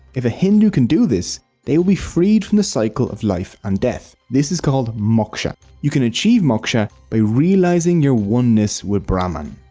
if a hindu can do this they will be freed from cycle of life and death. this is called moksha. you can achieve moksha by realising your oneness with brahman.